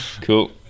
Cool